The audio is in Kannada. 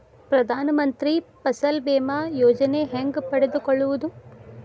ಪ್ರಧಾನ ಮಂತ್ರಿ ಫಸಲ್ ಭೇಮಾ ಯೋಜನೆ ಹೆಂಗೆ ಪಡೆದುಕೊಳ್ಳುವುದು?